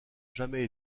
jamais